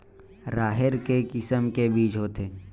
राहेर के किसम के बीज होथे?